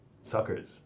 Suckers